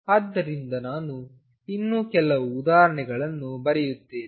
ಆದ್ದರಿಂದ ನಾನು ಇನ್ನೂ ಕೆಲವು ಉದಾಹರಣೆಗಳನ್ನು ಬರೆಯುತ್ತೇನೆ